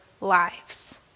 lives